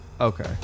Okay